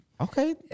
Okay